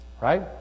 Right